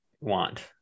want